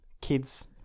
kids